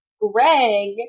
Greg